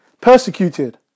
persecuted